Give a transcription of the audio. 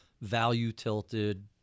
value-tilted